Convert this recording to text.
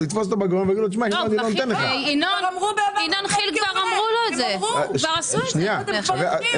כבר עשו את זה.